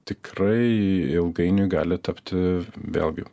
tikrai ilgainiui gali tapti vėlgi